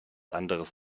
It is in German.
anderes